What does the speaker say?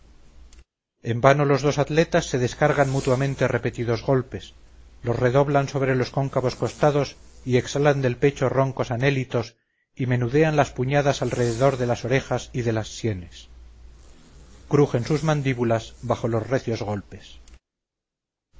en vano los dos atletas se descargan mutuamente repetidos golpes los redoblan sobre los cóncavos costados y exhalan del pecho roncos anhélitos y menudean las puñadas alrededor de las orejas y de las sienes crujen sus mandíbulas bajo los recios golpes